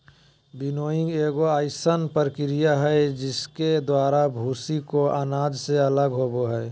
winnowing एगो अइसन प्रक्रिया हइ जिसके द्वारा भूसी को अनाज से अलग होबो हइ